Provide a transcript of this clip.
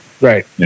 Right